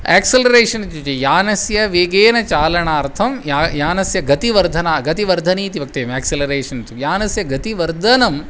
acceleration इत्युच्यते यानस्य वेगेन चालनार्थं या यानस्य गतिवर्धना गतिवर्धनमिति वक्तव्यम् एक्सिलरेशन् तु यानस्य गतिवर्धनम्